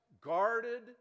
guarded